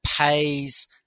pays